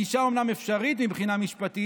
זו גישה שהיא אומנם אפשרית מבחינה משפטית,